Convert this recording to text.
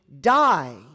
die